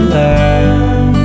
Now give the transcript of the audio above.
learn